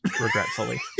regretfully